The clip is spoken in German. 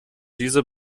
diese